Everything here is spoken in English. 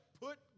put